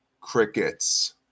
Crickets